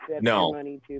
no